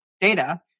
data